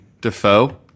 Defoe